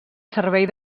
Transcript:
servei